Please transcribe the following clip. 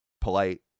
polite